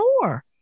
more